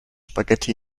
spaghetti